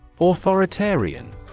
Authoritarian